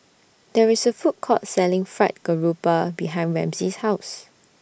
There IS A Food Court Selling Fried Garoupa behind Ramsey's House